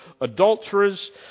adulterers